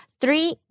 Three